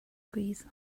squeeze